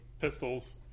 pistols